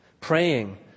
praying